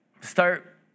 Start